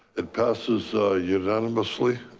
it passes unanimously.